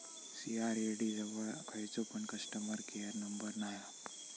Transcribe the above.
CRED जवळ खयचो पण कस्टमर केयर नंबर नाय हा